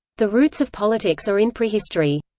the roots of politics are in prehistory.